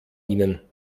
ihnen